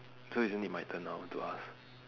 so isn't it my turn now to ask